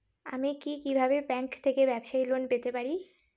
আমি কি কিভাবে ব্যাংক থেকে ব্যবসায়ী লোন পেতে পারি?